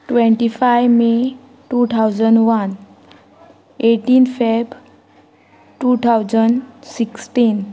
twenty five May two thousand one eighteen Feb two thousand sixteen